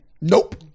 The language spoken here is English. Nope